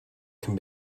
can